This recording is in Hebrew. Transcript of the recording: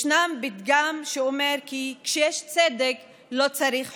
ישנו פתגם שאומר כי כשיש צדק, לא צריך חוקים.